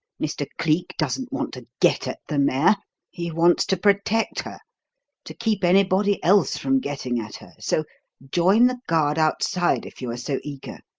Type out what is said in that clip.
mr. cleek doesn't want to get at the mare he wants to protect her to keep anybody else from getting at her, so join the guard outside if you are so eager.